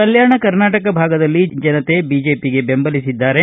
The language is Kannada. ಕಲ್ಯಾಣ ಕರ್ನಾಟಕ ಭಾಗದಲ್ಲಿ ಜನತೆ ಬಿಜೆಪಿಗೆ ಬೆಂಬಲಿಸಿದ್ದಾರೆ